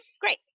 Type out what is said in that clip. Great